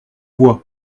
voix